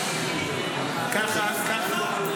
--- ככה זה אדם שמתבדח?